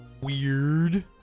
Weird